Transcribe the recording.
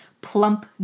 plump